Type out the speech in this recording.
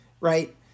right